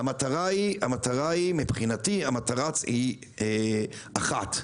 מבחינתי המטרה היא אחת: